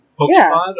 Pokemon